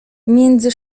między